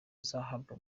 azahabwa